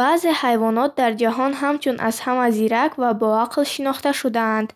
Баъзе ҳайвонот дар ҷаҳон ҳамчун аз ҳама зирак ва боақл шинохта шудаанд.